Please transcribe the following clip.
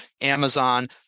Amazon